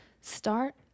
start